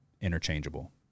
interchangeable